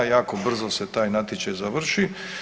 Jako brzo se taj natječaj završi.